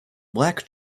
black